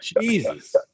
Jesus